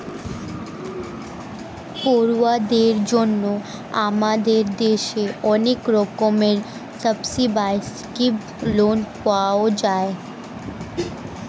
পড়ুয়াদের জন্য আমাদের দেশে অনেক রকমের সাবসিডাইস্ড্ লোন পাওয়া যায়